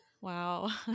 Wow